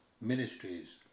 ministries